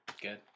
Good